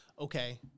okay